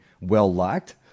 well-liked